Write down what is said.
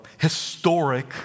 historic